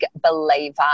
believer